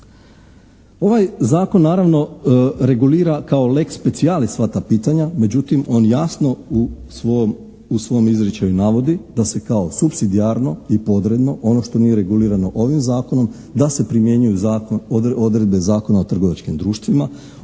Ovaj zakon naravno regulira kao lex specialis sva ta pitanja. Međutim, on jasno u svom izričaju navodi da se kao supsidijarno i podredno, ono što nije regulirano ovim zakonom da se primjenjuju odredbe Zakona o trgovačkim društvima,